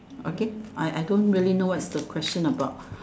okay I I don't really know what's the question about